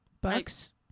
bucks